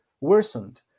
worsened